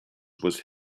was